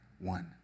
one